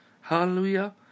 Hallelujah